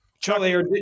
Charlie